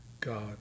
God